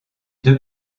deux